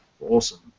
awesome